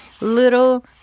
little